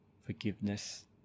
forgiveness